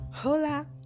hola